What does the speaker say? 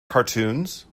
cartoons